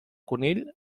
conill